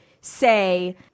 say